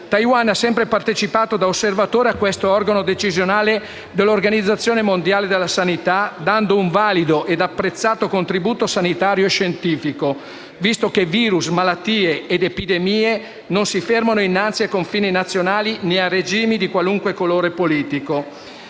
Taiwan ha sempre partecipato da osservatore a questo organo decisionale dell'OMS dando un valido e apprezzato contributo sanitario e scientifico, visto che virus, malattie ed epidemie non si fermano innanzi ai confini nazionali né a regimi di qualunque colore politico.